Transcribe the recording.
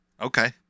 Okay